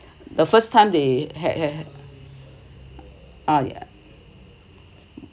the first time they had had uh ya